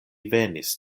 venis